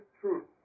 truth